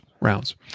rounds